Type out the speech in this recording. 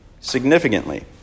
significantly